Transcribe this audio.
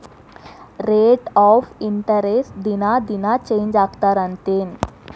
rate of interest ದಿನಾ ದಿನಾ change ಆಗ್ತಿರತ್ತೆನ್